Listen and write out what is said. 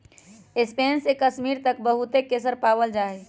Spain से कश्मीर तक बहुत केसर पावल जा हई